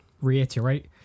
reiterate